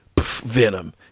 Venom